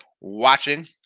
watching